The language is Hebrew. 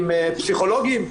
עם פסיכולוגים.